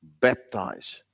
baptize